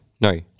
no